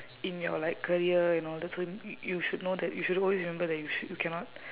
in your like career and all that so y~ you should know that you should always remember that you should you cannot